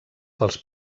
pels